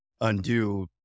undo